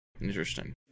interesting